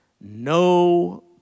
No